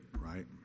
right